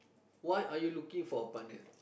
what are you looking for a partner